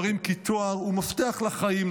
מראים כי תואר הוא מפתח לחיים.